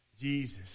Jesus